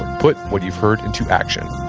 put what you've heard into action